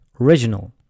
original